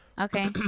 Okay